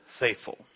faithful